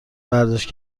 ورزش